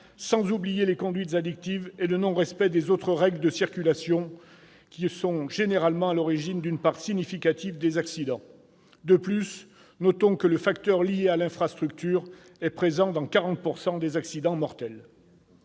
sans oublier les conduites addictives. À cela s'ajoute le non-respect des autres règles de circulation, généralement à l'origine d'une part significative des accidents. Notons, de plus, que le facteur lié à l'infrastructure est présent dans 40 % des accidents mortels.